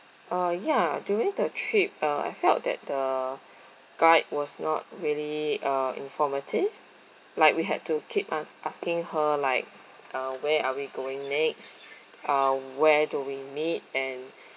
uh ya during the trip uh I felt that the guide was not really uh informative like we had to keep ask asking her like uh where are we going next uh where do we meet and